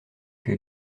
que